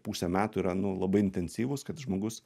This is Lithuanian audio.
pusę metų yra nu labai intensyvūs kad žmogus